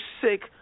sick